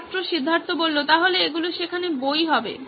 ছাত্র সিদ্ধার্থ তাহলে এগুলো সেখানে বই হবে